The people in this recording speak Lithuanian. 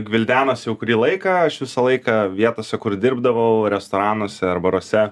gvildenosi jau kurį laiką aš visą laiką vietose kur dirbdavau restoranuose ar baruose